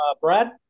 Brad